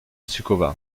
suková